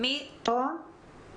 כמה תשובות לדברים שאתם שאלתם בוועדה.